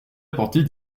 apporter